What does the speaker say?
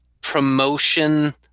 promotion